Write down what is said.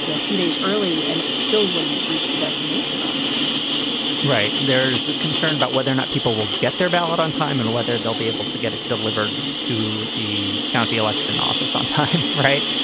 you know a few days early and it still wouldn't reach the destination on time right. there's the concern about whether or not people will get their ballot on time and whether they'll be able to get it delivered to the county election office on time. right.